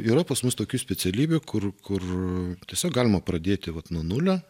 yra pas mus tokių specialybių kur kur tiesiog galima pradėti vat nuo nulio